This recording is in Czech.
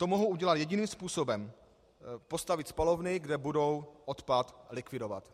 To mohou udělat jediným způsobem postavit spalovny, kde budou odpad likvidovat.